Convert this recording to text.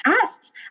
tests